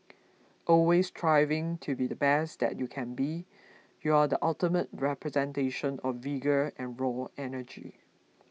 always striving to be the best that you can be you are the ultimate representation of vigour and raw energy